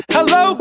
Hello